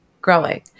growing